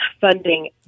funding